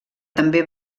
també